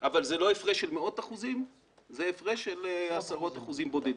אבל זה לא הפרש של מאות אחוזים אלא זה הפרש של עשרות אחוזים בודדים.